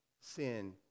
sin